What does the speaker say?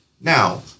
Now